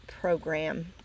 program